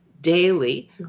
daily